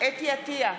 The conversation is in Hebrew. חוה אתי עטייה,